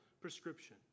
prescription